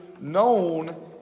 known